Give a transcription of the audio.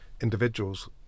individuals